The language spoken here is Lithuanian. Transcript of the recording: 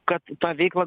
kad tą veiklą